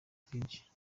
twinshi